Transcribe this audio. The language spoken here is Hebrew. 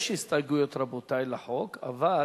יש הסתייגויות, רבותי, לחוק, אבל